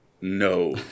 No